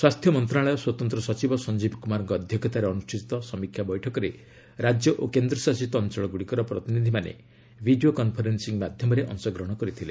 ସ୍ୱାସ୍ଥ୍ୟ ମନ୍ତ୍ରଣାଳୟ ସ୍ୱତନ୍ତ୍ର ସଚିବ ସଞ୍ଜୀବ୍ କୁମାରଙ୍କ ଅଧ୍ୟକ୍ଷତାରେ ଅନୁଷ୍ଠିତ ସମୀକ୍ଷା ବୈଠକରେ ରାଜ୍ୟ ଓ କେନ୍ଦ୍ରଶାସିତ ଅଞ୍ଚଳଗୁଡ଼ିକର ପ୍ରତିନିଧିମାନେ ଭିଡ଼ିଓ କନ୍ଫରେନ୍ସିଂ ମାଧ୍ୟମରେ ଅଂଶଗ୍ରହଣ କରିଥିଲେ